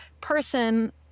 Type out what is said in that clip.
person